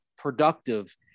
productive